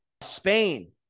Spain